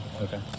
Okay